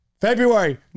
February